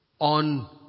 on